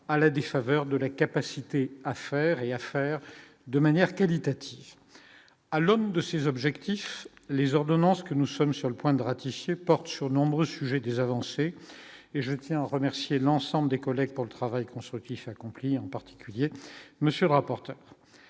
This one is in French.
à la défaveur de la capacité à faire et à faire de manière qualitative à l'aube de ses objectifs, les ordonnances que nous sommes sur le point de ratifier porte sur de nombreux sujets, des avancées et je tiens à remercier l'ensemble des collectes pour le travail constructif accompli en particulier monsieur rapporte